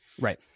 Right